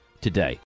today